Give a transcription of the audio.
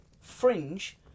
fringe